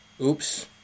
Oops